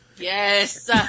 Yes